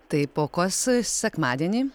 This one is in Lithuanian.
taip o kas sekmadienį